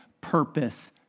purpose